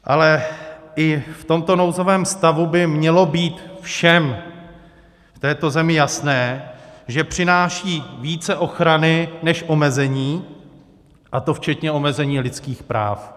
Ale i v tomto nouzovém stavu by mělo být všem v této zemi jasné, že přináší více ochrany než omezení, a to včetně omezení lidských práv.